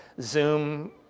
Zoom